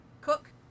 cook